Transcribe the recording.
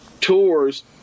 tours